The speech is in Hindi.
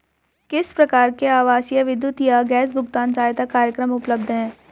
किस प्रकार के आवासीय विद्युत या गैस भुगतान सहायता कार्यक्रम उपलब्ध हैं?